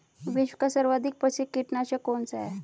विश्व का सर्वाधिक प्रसिद्ध कीटनाशक कौन सा है?